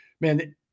man